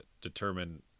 determine